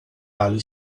tali